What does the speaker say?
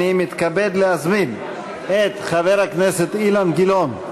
אני מתכבד להזמין את חבר הכנסת אילן גילאון,